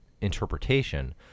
interpretation